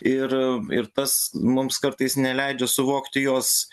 ir ir tas mums kartais neleidžia suvokti jos